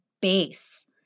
base